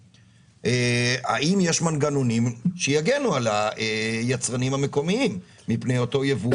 האם יש מנגנונים שיגנו על היצרנים המקומיים מפני אותו ייבוא,